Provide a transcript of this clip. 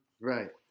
Right